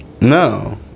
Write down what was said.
No